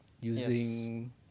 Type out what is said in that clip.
using